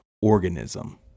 organism